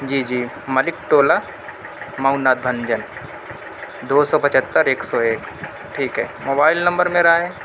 جی جی ملک ٹولہ مئوناتھ بھنجن دو سو پچہتر ایک سو ایک ٹھیک ہے موبائل نمبر میرا ہے